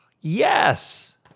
Yes